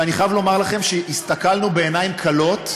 ואני חייב לומר לכם שהסתכלנו בעיניים כלות,